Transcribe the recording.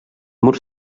murs